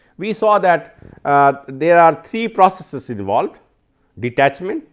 we saw that ah there are three processes involved detachment,